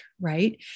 right